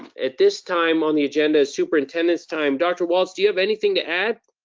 at this time on the agenda is superintendent's time. dr. walts, do you have anything to add?